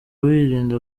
wirinda